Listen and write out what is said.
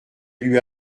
lui